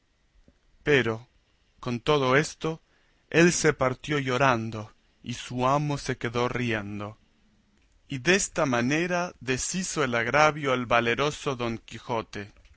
pero con todo esto él se partió llorando y su amo se quedó riendo y desta manera deshizo el agravio el valeroso don quijote